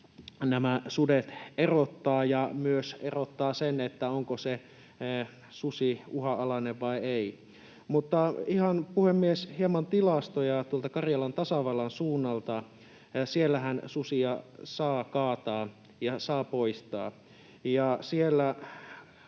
nämä sudet erottaa ja myös erottaa sen, onko se susi uhanalainen vai ei. Mutta, puhemies, hieman tilastoja tuolta Karjalan tasavallan suunnalta. Siellähän susia saa kaataa ja saa poistaa, ja